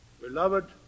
Beloved